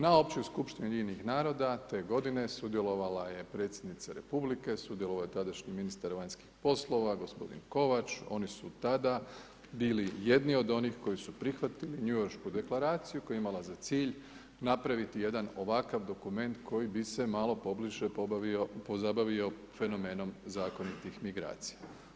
Na Općoj skupštini UN-a te godine sudjelovala je predsjednica republike, sudjelovao je tadašnji ministar vanjskih poslova gospodin Kovač, oni su tada bili jedni od onih koji su prihvatili njujoršku deklaraciju koja je imala za cilj napraviti jedan ovakav dokument koji bi se malo pobliže pozabavio fenomenom zakonitih migracija.